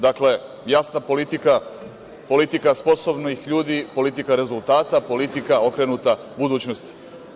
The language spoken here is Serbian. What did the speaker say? Dakle, jasna politika, politika sposobnih ljudi, politika rezultata, politika okrenuta budućnosti.